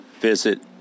visit